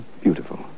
beautiful